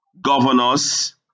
governor's